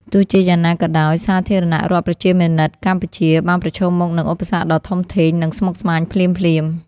ទោះជាយ៉ាងណាក៏ដោយសាធារណរដ្ឋប្រជាមានិតកម្ពុជា បានប្រឈមមុខនឹងឧបសគ្គដ៏ធំធេង និងស្មុគស្មាញភ្លាមៗ។